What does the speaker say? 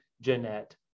Jeanette